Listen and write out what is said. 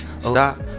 Stop